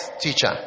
teacher